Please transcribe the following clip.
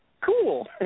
cool